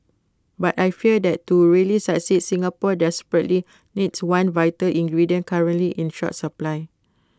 but I fear that to really succeed Singapore desperately needs one vital ingredient currently in short supply